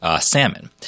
salmon